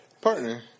Partner